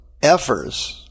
effers